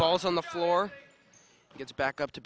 balls on the floor gets back up to